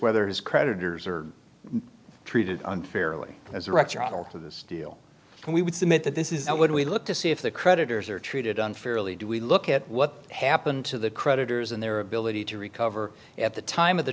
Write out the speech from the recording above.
whether his creditors are treated unfairly as a rector or of this deal and we would submit that this is what we look to see if the creditors are treated unfairly do we look at what happened to the creditors and their ability to recover at the time of the